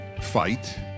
fight